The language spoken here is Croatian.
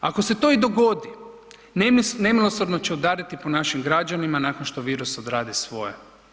Ako se to i dogodi, nemilosrdno će udariti po našim građanima nakon što virus odradi svoje.